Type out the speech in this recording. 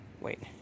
Wait